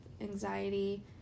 anxiety